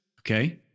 Okay